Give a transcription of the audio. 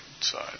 side